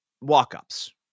walk-ups